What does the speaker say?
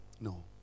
No